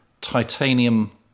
titanium